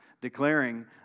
declaring